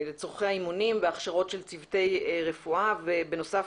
לצרכי האימונים והכשרות של צוותי רפואה ובנוסף